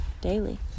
daily